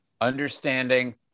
understanding